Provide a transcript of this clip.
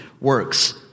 works